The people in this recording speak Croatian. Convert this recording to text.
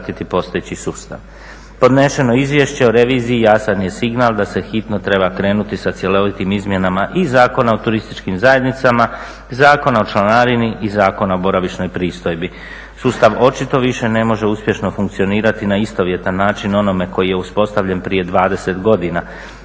postojeći sustav. Podneseno izvješće o reviziji jasan je signal da se hitno treba krenuti sa cjelovitim izmjenama i Zakona o turističkim zajednicama, Zakona o članarini i Zakona o boravišnoj pristojbi. Sustav očito više ne može uspješno funkcionirati na istovjetan način onome koji je uspostavljen prije 20 godina.